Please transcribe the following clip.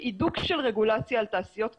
והידוק של רגולציה על תעשיות קיימות.